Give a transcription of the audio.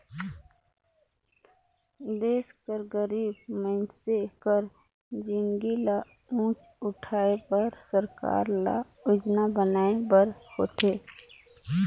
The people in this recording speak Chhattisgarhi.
देस कर गरीब मइनसे कर जिनगी ल ऊंच उठाए बर सरकार ल योजना बनाए बर होथे